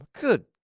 Good